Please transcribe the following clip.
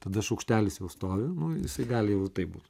tada šaukštelis jau stovi nu jisai gali jau taip būt